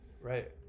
Right